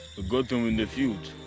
got them in the fields.